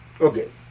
Okay